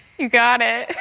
you got